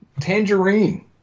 Tangerine